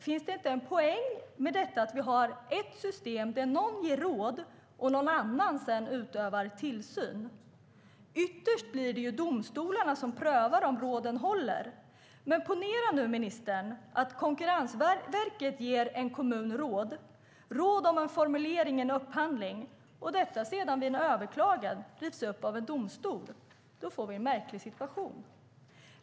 Finns det inte en poäng med att vi har ett system där någon ger råd och någon annan sedan utövar tillsyn? Ytterst blir det domstolarna som prövar om råden håller. Ponera, ministern, att Konkurrensverket ger en kommun råd om en formulering i en upphandling och detta sedan blir överklagat och rivs upp av en domstol. Då får vi en märklig situation.